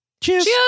Cheers